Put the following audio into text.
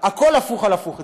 הכול הפוך על הפוך אצלו,